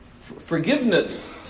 forgiveness